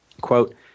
Quote